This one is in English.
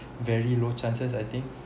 very low chances I think